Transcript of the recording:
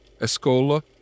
Escola